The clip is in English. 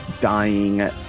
dying